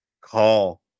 call